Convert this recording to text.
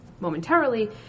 momentarily